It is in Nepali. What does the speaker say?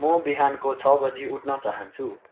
म बिहानको छ बजी उठ्न चाहन्छु